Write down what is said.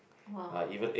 !wow!